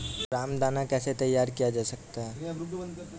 रामदाना कैसे तैयार किया जाता है?